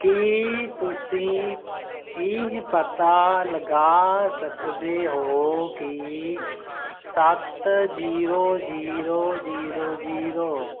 ਕੀ ਤੁਸੀਂਂ ਇਹ ਪਤਾ ਲਗਾ ਸਕਦੇ ਹੋ ਕਿ ਸੱਤ ਜ਼ੀਰੋ ਜ਼ੀਰੋ ਜ਼ੀਰੋ ਜ਼ੀਰੋ